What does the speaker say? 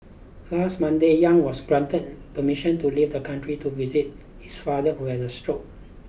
last Monday Yang was granted permission to leave the country to visit his father who had a stroke